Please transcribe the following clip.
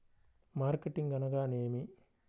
Marketing అనగానేమి?